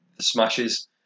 Smashes